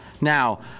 Now